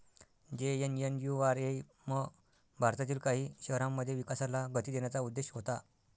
JNNURM भारतातील काही शहरांमध्ये विकासाला गती देण्याचा उद्देश होता